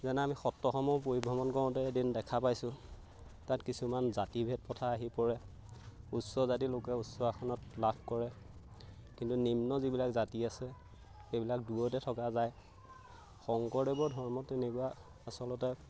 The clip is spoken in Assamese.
যেনে আমি সত্ৰসমূহ পৰিভ্ৰমণ কৰোঁতে এদিন দেখা পাইছোঁ তাত কিছুমান জাতিভেদ প্ৰথা আহি পৰে উচ্চ জাতিৰ লোকে উচ্চ আসনত লাভ কৰে কিন্তু নিম্ন যিবিলাক জাতি আছে সেইবিলাক দূৰতে থকা যায় শংকৰদেৱৰ ধৰ্ম তেনেকুৱা আচলতে